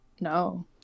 No